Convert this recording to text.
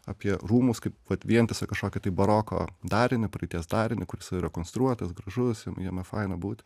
apie rūmus kaip vientisą kažkokį tai baroko darinį praeities darinį kuris yra rekonstruotas gražus jam jame faina būti